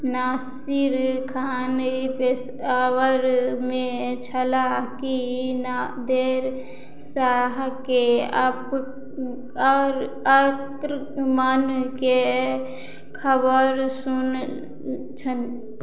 नासिर खान पेशावरमे छलाह कि नादेर शाहके आर आक्र आक्रमणकेँ खबरि सुन छ